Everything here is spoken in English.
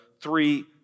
three